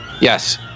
Yes